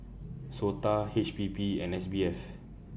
Sota H P B and S B F